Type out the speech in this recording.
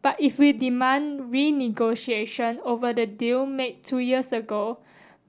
but if we demand renegotiation over the deal made two years ago